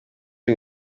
w’i